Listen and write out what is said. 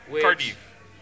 Cardiff